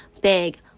big